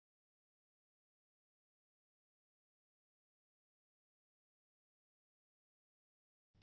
9fub च्या बरोबरीचे आहे आणि ते Anb पेक्षा कमी असणे आवश्यक आहे